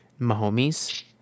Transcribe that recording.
Mahomes